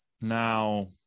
now